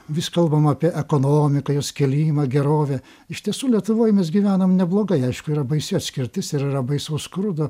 vis kalbama apie ekonomiką jos kėlimą gerovę iš tiesų lietuvoj mes gyvenam neblogai aišku yra baisi atskirtis ir yra baisaus skurdo